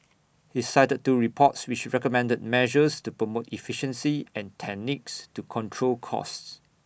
he cited two reports which recommended measures to promote efficiency and techniques to control costs